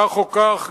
כך או כך,